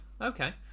okay